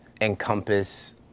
encompass